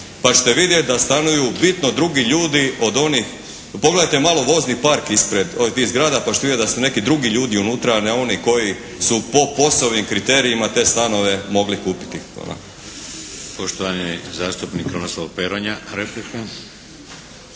pa ćete vidjeti da stanuju bitno drugi ljudi od onih. Pogledajte malo vozni park ispred tih zgrada, pa ćete vidjeti da su to neki drugi ljudi unutra, a ne oni koji su po POS-ovim kriterijima te stanove mogli kupiti. Hvala. **Šeks, Vladimir (HDZ)** Poštovani zastupnik Krunoslav Peronja. Replika.